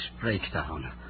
breakdown